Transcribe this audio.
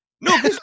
No